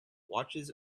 watches